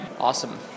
awesome